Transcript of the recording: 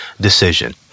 decision